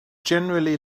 generally